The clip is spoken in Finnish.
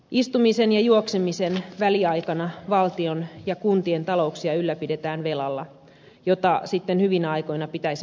istumisen ja juoksemisen väliaikana valtion ja kuntien talouksia ylläpidetään velalla jota sitten hyvinä aikoina pitäisi maksaa takaisin